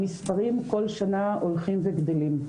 המספרים כל שנה הולכים וגדלים.